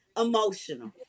emotional